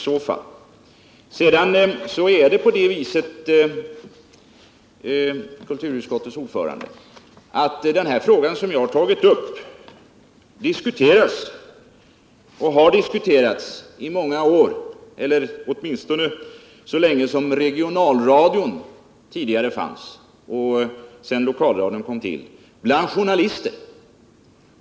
Den fråga jag tagit upp har, kulturutskottets ordförande, diskuterats bland journalister så länge regionalradion funnits och sedan lokalradion kom till.